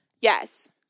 yes